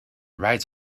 rides